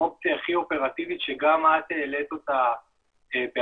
אופציה הכי אופרטיבית שגם את העלית אותה בעצמך